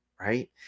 right